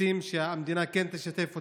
שהמדינה כן תשתף אותם.